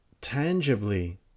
tangibly